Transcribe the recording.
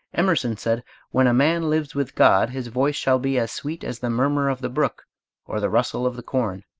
emerson said when a man lives with god his voice shall be as sweet as the murmur of the brook or the rustle of the corn.